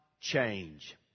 change